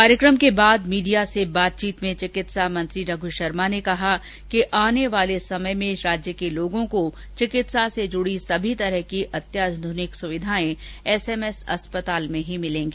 कार्यक्रम के बाद मीडिया से बातचीत में चिकित्सा मंत्री रघु शर्मा ने कहा कि आने वाले समय में राज्य के लोगों को चिकित्सा से जुड़ी सभी प्रकार की अत्याध्रनिक सुविधाएं एसएमएस अस्पताल में ही मिलेंगी